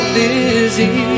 busy